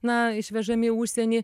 na išvežami į užsienį